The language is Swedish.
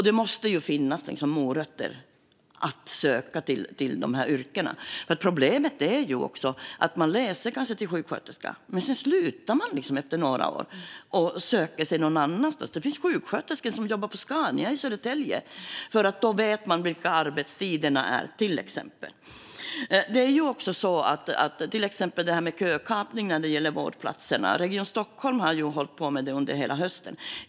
Det måste finnas morötter för att söka till dessa yrken. Problemet är också att man kanske läser till sjuksköterska men sedan slutar efter några år och söker sig någon annanstans. Det finns sjuksköterskor som jobbar på Scania i Södertälje, för då vet man till exempel vilka arbetstiderna är. Jag vill också ta upp kökapningen när det gäller vårdplatser. Region Stockholm har hållit på med det under hela hösten.